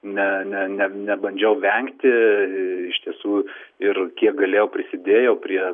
ne ne ne nebandžiau vengti iš tiesų ir kiek galėjau prisidėjau prie